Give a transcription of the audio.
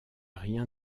rien